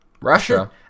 Russia